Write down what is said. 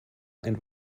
ein